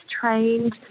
trained